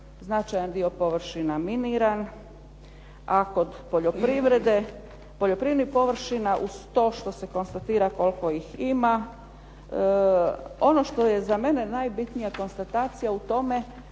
značajan dio površina miniran, a kod poljoprivrede poljoprivrednih površina uz to što se konstatira koliko ih ima. Ono što je za mene najbitnija konstatacija u tome